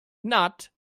not